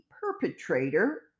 perpetrator